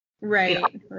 Right